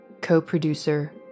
Co-producer